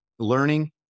Learning